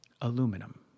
aluminum